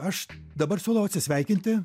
aš dabar siūlau atsisveikinti